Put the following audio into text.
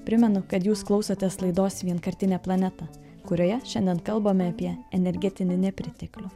primenu kad jūs klausotės laidos vienkartinė planeta kurioje šiandien kalbame apie energetinį nepriteklių